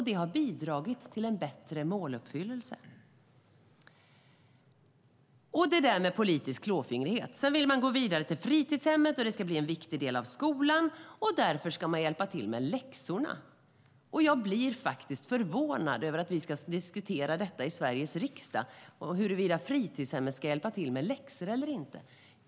Det har bidragit till en bättre måluppfyllelse. Apropå politisk klåfingrighet vill man gå vidare till fritidshemmet, som ska bli en viktig del av skolan. Därför ska fritidshemmet hjälpa till med läxorna. Jag blir faktiskt förvånad över att vi ska diskutera i Sveriges riksdag huruvida fritidshemmet ska hjälpa till med läxor eller inte.